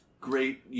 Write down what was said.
Great